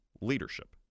leadership